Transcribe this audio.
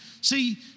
See